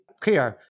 clear